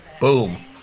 boom